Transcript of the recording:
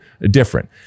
different